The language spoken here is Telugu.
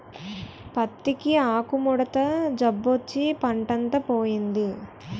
పత్తికి ఆకుముడత జబ్బొచ్చి పంటంతా పోయింది